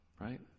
right